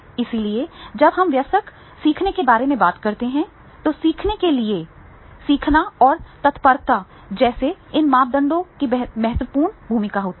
इसलिए जब हम वयस्क सीखने के बारे में बात करते हैं तो सीखने के लिए सीखने और तत्परता जैसे इन मापदंडों की महत्वपूर्ण भूमिका होती है